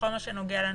בכל הנוגע לנציבות?